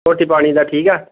ਰੋਟੀ ਪਾਣੀ ਦਾ ਠੀਕ ਆ